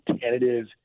tentative